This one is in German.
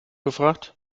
gefragt